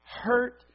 hurt